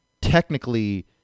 technically